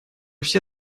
все